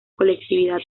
colectividad